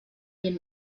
den